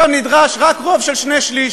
שם נדרש רק רוב של שני-שלישים,